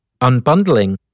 Unbundling